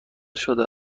شده